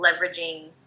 leveraging